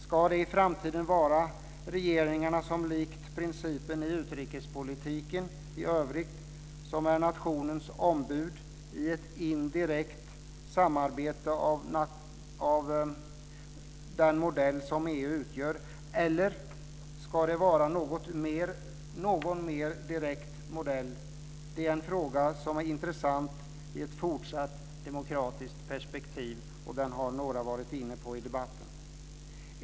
Ska det i framtiden vara regeringarna som, likt principen i utrikespolitiken i övrigt, är nationernas ombud i ett indirekt samarbete av den modell som EU utgör, eller ska det vara en mer direkt modell? Det är en fråga som är intressant i ett fortsatt demokratiskt perspektiv och som några varit inne på i debatten här.